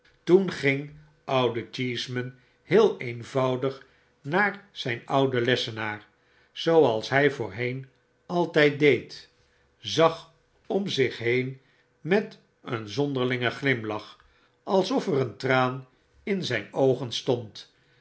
toen ging oude cheeseman heel eenvoudig naar zjn ouden lessenaar zopals hy voorheen altjjd deed zag om zich heen met eenzonderlingen glimlach alsof er een traan in zgn oogen stond